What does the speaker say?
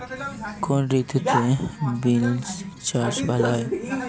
কোন ঋতুতে বিন্স চাষ ভালো হয়?